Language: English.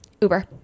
Uber